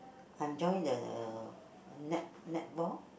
I join the net~ netball